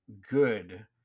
good